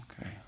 Okay